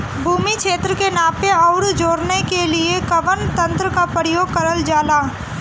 भूमि क्षेत्र के नापे आउर जोड़ने के लिए कवन तंत्र का प्रयोग करल जा ला?